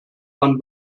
man